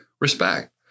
respect